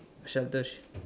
shelters